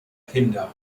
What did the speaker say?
kinder